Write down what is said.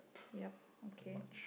yup okay